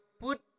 put